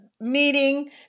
meeting